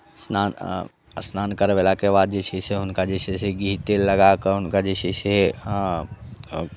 स्नान स्नान करबेलाके बाद जे छै से हुनका जे छै से घी तेल लगा कऽ हुनका जे छै से हँ